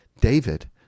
David